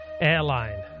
airline